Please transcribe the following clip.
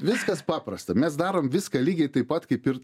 viskas paprasta mes darom viską lygiai taip pat kaip ir